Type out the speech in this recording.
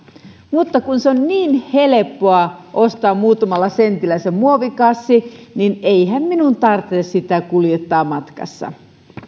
mutta kun on niin helppoa ostaa muutamalla sentillä se muovikassi niin eihän minun tarvitse sitä kuljettaa matkassa